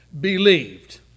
believed